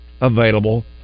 available